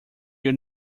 your